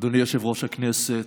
יושב-ראש הכנסת,